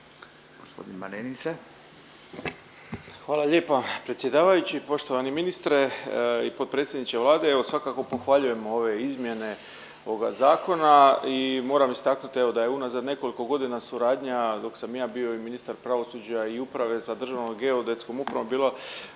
Ivan (HDZ)** Hvala lijepa predsjedavajući. Poštovani ministre i potpredsjedniče Vlade evo svakako pohvaljujemo ove izmjene ovoga zakona i moram istaknuti evo da je unazad nekoliko godina suradnja dok sam ja bio i ministar pravosuđa i uprave sa Državnom geodetskom upravom bila